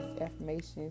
affirmations